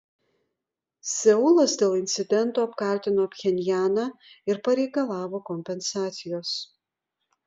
seulas dėl incidento apkaltino pchenjaną ir pareikalavo kompensacijos